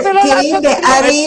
אחריות ולעשות